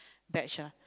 batch ah